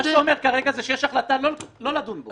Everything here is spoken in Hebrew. מה שאתה אומר כרגע זה שיש החלטה לא לדון בו.